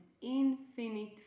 infinite